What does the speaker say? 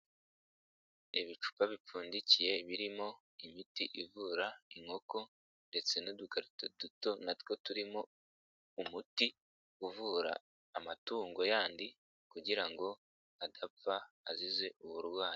Ibicupa bipfundikiye birimo imiti ivura inkoko ndetse n'udukarito duto na two turimo umuti, uvura amatungo yandi kugira ngo adapfa, azize uburwayi.